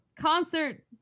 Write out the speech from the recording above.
Concert